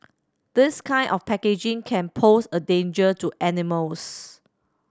this kind of packaging can pose a danger to animals